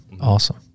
Awesome